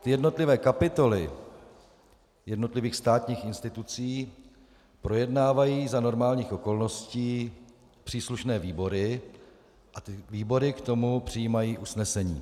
Jednotlivé kapitoly jednotlivých státních institucí projednávají za normálních okolností příslušné výbory a ty výbory k tomu přijímají usnesení.